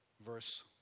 Verse